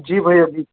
जी भैया जी